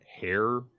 hair